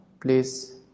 Please